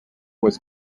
was